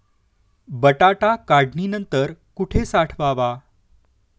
बटाटा काढणी नंतर कुठे साठवावा?